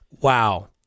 wow